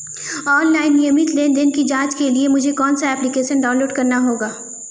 Online नियमित लेनदेन की जांच के लिए मुझे कौनसा एप्लिकेशन डाउनलोड करना होगा?